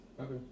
Okay